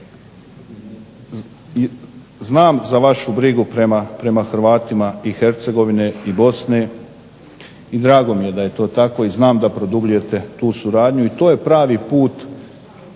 Znam za vašu brigu prema Hrvatima i Hercegovine i Bosne i drago mi je da je to tako i znam da produbljujete tu suradnju i to je pravi put